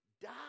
die